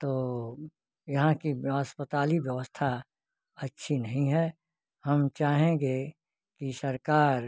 तो यहाँ की ब अस्पताली व्यवस्था अच्छी नहीं है हम चाहेंगे कि सरकार